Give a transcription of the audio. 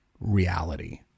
reality